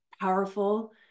powerful